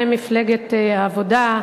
מפלגת העבודה,